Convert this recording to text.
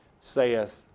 saith